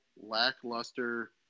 lackluster